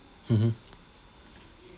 mmhmm